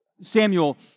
Samuel